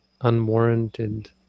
unwarranted